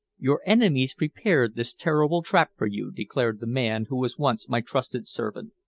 your enemies prepared this terrible trap for you, declared the man who was once my trusted servant.